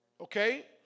okay